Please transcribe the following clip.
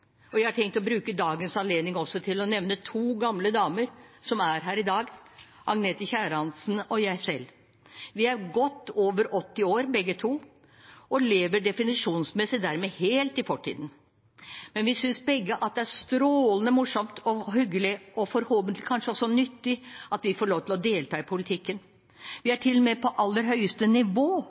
Jeg har også tenkt å bruke dagens anledning til å nevne to gamle damer som er her i dag: Agnete Tjærandsen og meg selv. Vi er godt over 80 år begge to og lever definisjonsmessig dermed helt i fortiden. Men vi synes begge at det er strålende morsomt og hyggelig – og forhåpentlig kanskje også nyttig – at vi får lov til å delta i politikken. Vi er til og med på aller høyeste nivå.